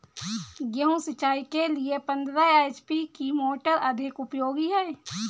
गेहूँ सिंचाई के लिए पंद्रह एच.पी की मोटर अधिक उपयोगी है?